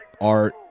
art